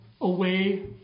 away